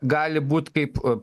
gali būt kaip